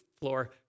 floor